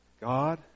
God